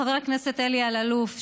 חבר הכנסת אלי אלאלוף,